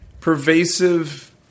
pervasive